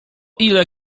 ile